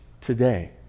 today